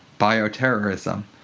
bioterrorism,